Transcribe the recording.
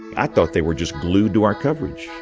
i thought they were just glued to our coverage.